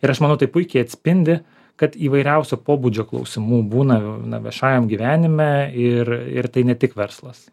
ir aš manau tai puikiai atspindi kad įvairiausio pobūdžio klausimų būna na viešajam gyvenime ir ir tai ne tik verslas